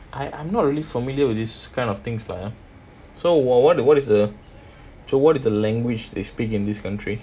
I I'm not really familiar with this kind of things lah so what what what is the so what is the language they speak in this country